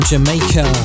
Jamaica